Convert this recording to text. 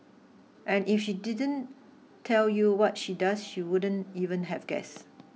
and if she didn't tell you what she does she wouldn't even have guessed